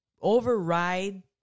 override